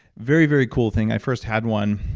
very, very cool thing. i first had one,